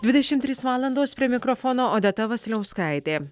dvidešimt trys valandos prie mikrofono odeta vasiliauskaitė